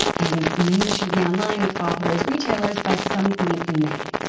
and many should be online with authorized retailers by some point in may.